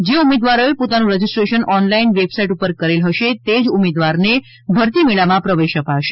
જે ઉમેદવારોએ પોતાનું રજિસ્ટ્રેશન ઓનલાઇન વેબ સાઇટ પર કરેલ હશે તે જ ઉમેદવારને ભરતી મેળામાં પ્રવેશ અપાશે